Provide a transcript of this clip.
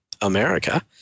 America